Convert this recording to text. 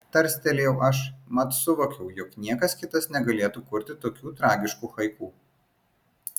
tarstelėjau aš mat suvokiau jog niekas kitas negalėtų kurti tokių tragiškų haiku